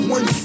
One